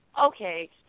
Okay